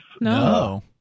No